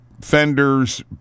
fenders